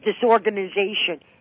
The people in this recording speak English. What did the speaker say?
disorganization